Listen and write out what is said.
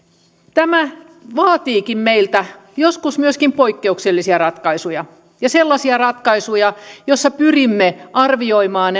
tämä vaatiikin meiltä joskus myös poikkeuksellisia ratkaisuja ja sellaisia ratkaisuja joissa pyrimme arvioimaan